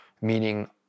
Meaning